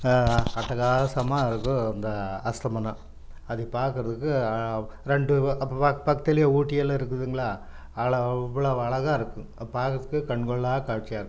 அட்டகாசமாக இருக்கும் அந்த அஸ்தமனம் அது பார்க்கறதுக்கு ரெண்டு அப்போ பக்கத்திலயே ஊட்டி எல்லாம் இருக்குதுங்களா அதில் அவ்வளோ அழகாக இருக்கும் அதை பார்க்கறதுக்கே கண்கொள்ளாக் காட்சியாக இருக்கும்